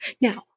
Now